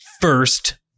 First